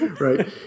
Right